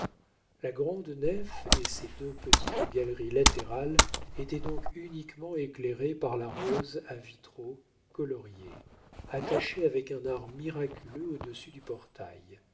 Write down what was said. la grande nef et ses deux petites galeries latérales étaient donc uniquement éclairées par la rose à vitraux coloriés attachée avec un art miraculeux au-dessus du portail